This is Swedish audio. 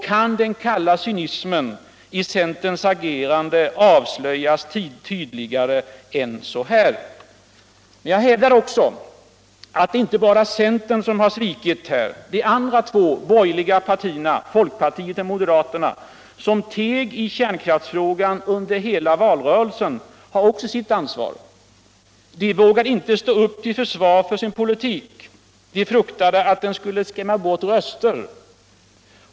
Kan den kalla cynismen i centerns agerande avslöjas tydligare' än så? Jag hävdar också att det inte bara är centern som har svikit här. Också de andra två borgerliga partierna — folkpartiet och moderaterna — som teg i kärnkraftsfrågan under hela valrörelsen, har sitt ansvar. De vågade inte stå upp till försvar för sin politik. De fruktade att den skulle skrämma bort röster.